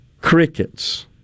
crickets